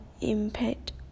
impact